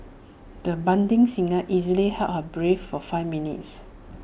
the budding singer easily held her breath for five minutes